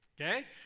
Okay